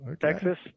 Texas